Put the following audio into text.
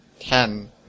Ten